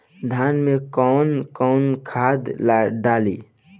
धान में कौन कौनखाद डाली?